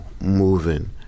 moving